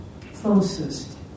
closest